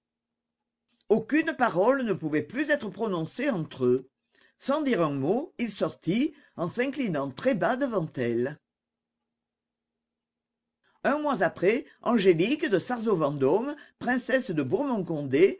aucune parole ne pouvait plus être prononcée entre eux sans dire un mot il sortit en s'inclinant très bas devant elle un mois après angélique de sarzeau vendôme princesse de